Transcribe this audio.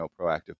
proactive